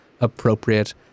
appropriate